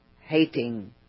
hating